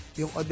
yung